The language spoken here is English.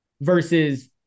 versus